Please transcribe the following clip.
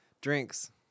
Drinks